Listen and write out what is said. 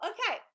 Okay